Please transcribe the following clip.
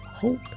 hope